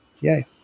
Yay